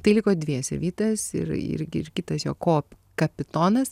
tai liko dviese vytas ir ir gi ir kitas jo ko kapitonas